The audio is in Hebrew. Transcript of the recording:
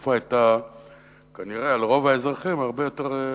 תקופה על רוב האזרחים היתה כנראה הרבה יותר טובה,